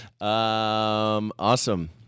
Awesome